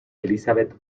elizabeth